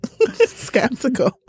Skeptical